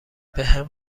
بهم